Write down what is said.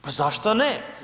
Pa zašto ne?